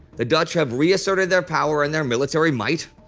the dutch have reasserted their power and their military might,